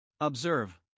Observe